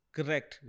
Correct